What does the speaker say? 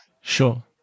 sure